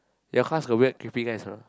your class got weird creepy guys not